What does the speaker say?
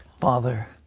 father,